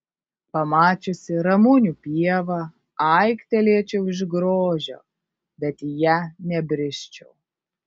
pamačiusi ramunių pievą aiktelėčiau iš grožio bet į ją nebrisčiau